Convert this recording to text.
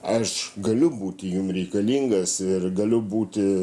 aš galiu būti jum reikalingas ir galiu būti